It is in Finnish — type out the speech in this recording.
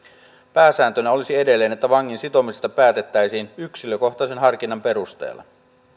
pääsääntönä olisi edelleen että vangin sitomisesta päätettäisiin yksilökohtaisen harkinnan perusteella